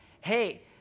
Hey